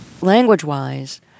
language-wise